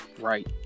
Right